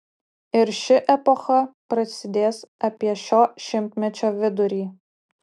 ir ši epocha prasidės apie šio šimtmečio vidurį